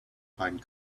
find